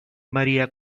maria